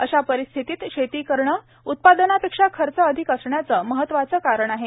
अशा परिस्थितीत शेती करणे उत्पादनापेक्षा खर्च अधिक असण्याचे महत्वाचे कारण आहे